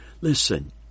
Listen